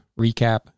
recap